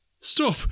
Stop